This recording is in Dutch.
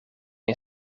een